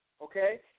okay